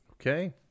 Okay